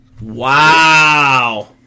Wow